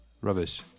rubbish